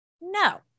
No